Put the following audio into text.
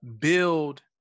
build